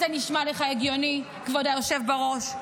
זה נשמע לך הגיוני, כבוד היושב בראש?